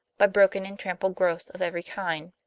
by broken and trampled growths of every kind.